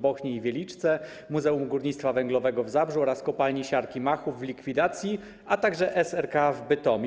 Bochni i Wieliczce, Muzeum Górnictwa Węglowego w Zabrzu oraz Kopalni Siarki Machów będącej w likwidacji, a także SRK w Bytomiu.